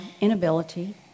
inability